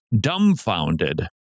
dumbfounded